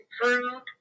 fruit